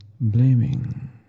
blaming